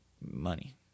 money